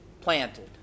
planted